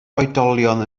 oedolion